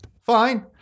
fine